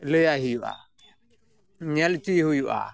ᱞᱟᱭᱟᱭ ᱦᱩᱭᱩᱜᱼᱟ ᱧᱮᱞ ᱚᱪᱚᱭᱮ ᱦᱩᱭᱩᱜᱼᱟ